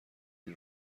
این